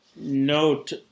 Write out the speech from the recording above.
Note